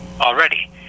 already